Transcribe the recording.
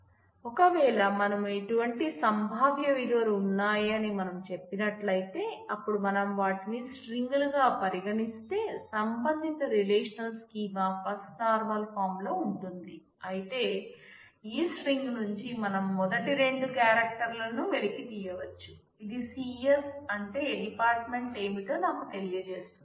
ఒకవేళ మనం ఇటువంటి సంభావ్య విలువలు ఉన్నాయని మనం చెప్పినట్లయితే అప్పుడు మనం వాటిని స్ట్రింగ్ లుగా పరిగణిస్తే సంబంధిత రిలేషనల్ స్కీమా ఫస్ట్ నార్మల్ ఫారంలో ఉంటుంది అయితే ఈ స్ట్రింగ్ నుంచి మనం మొదటి రెండు క్యారెక్టర్లను వెలికితీయవచ్చు ఇది CS అంటే డిపార్ట్మెంట్ ఏమిటో నాకు తెలియజేస్తుంది